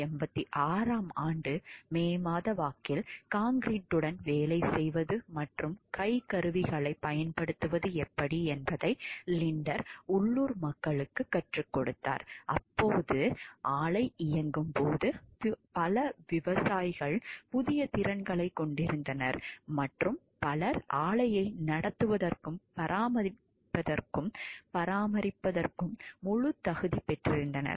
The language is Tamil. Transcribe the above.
1986 ஆம் ஆண்டு மே மாத வாக்கில் கான்கிரீட்டுடன் வேலை செய்வது மற்றும் கைக் கருவிகளைப் பயன்படுத்துவது எப்படி என்பதை லிண்டர் உள்ளூர் மக்களுக்குக் கற்றுக் கொடுத்தார் அப்போது ஆலை இயங்கும் போது பல விவசாயிகள் புதிய திறன்களைக் கொண்டிருந்தனர் மற்றும் பலர் ஆலையை நடத்துவதற்கும் பராமரிப்பதற்கும் முழுத் தகுதி பெற்றிருந்தனர்